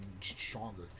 stronger